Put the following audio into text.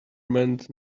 meant